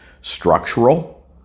structural